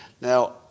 Now